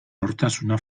nortasuna